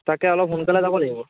তাকে অলপ সোনকালে যাব লাগিব